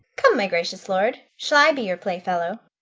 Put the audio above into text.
come, my gracious lord, shall i be your playfellow?